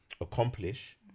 accomplish